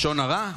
לשון הרע?